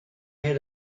had